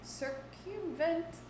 circumvent